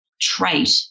trait